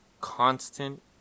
constant